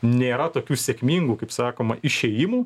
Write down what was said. nėra tokių sėkmingų kaip sakoma išėjimų